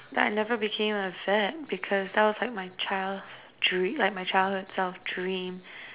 that I never became a vet because that was like my child's dream like my child self dream